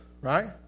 right